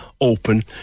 open